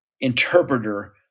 interpreter